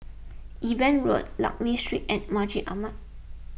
Eben Road Lakme Street and Masjid Ahmad